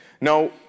Now